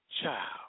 child